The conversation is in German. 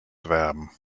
werben